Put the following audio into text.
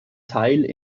teil